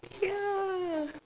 ya